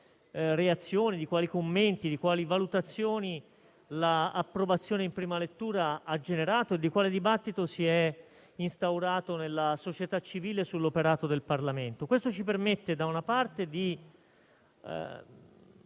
reazioni, dei commenti e delle valutazioni che l'approvazione in prima lettura ha generato e di quale dibattito si è instaurato nella società civile sull'operato del Parlamento. Questo ci permette, da una parte, di